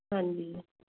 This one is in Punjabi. ਹਾਂਜੀ